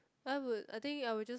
I would I think I will just